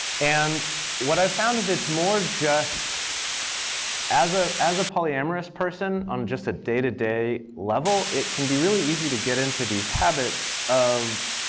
and what i found is it's more just as ah as a polyamorous person, on just a day-to-day level, it can be really easy to get into these habits of